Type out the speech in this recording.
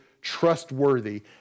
trustworthy